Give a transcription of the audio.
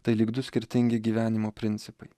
tai lyg du skirtingi gyvenimo principai